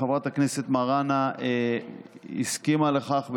חברת הכנסת מראענה הסכימה לכך בדבריה,